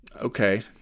okay